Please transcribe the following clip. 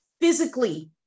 physically